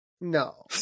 No